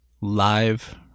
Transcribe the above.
live